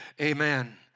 Amen